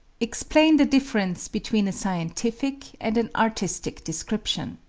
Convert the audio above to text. explain the difference between a scientific and an artistic description.